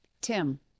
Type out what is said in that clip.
Tim